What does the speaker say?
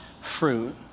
fruit